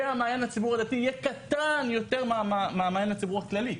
והמעיין לציבור הדתי יהיה קטן יותר מהמעניין לציבור הכללי.